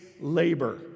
labor